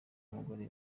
n’umugore